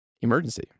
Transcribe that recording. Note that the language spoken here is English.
emergency